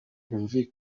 kindi